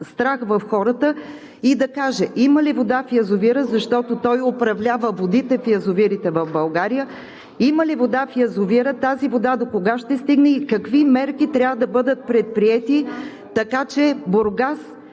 страх в хората и да каже има ли вода в язовира, защото той управлява водите в язовирите в България? Има ли вода в язовира? Тази вода докога ще стигне? Какви мерки трябва да бъдат предприети, така че Бургас